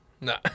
No